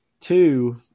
Two